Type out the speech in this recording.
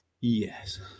yes